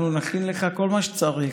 אנחנו נכין לך כל מה שצריך.